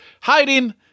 hiding